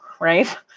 right